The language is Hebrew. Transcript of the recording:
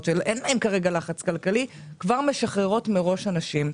יותר שאין להן כרגע לחץ כלכלי משחררות כבר מראש אנשים.